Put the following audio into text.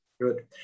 Good